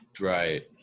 Right